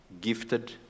gifted